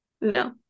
no